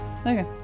Okay